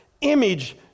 image